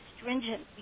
stringent